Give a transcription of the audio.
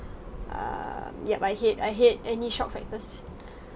um ya I hate I hate any shock factors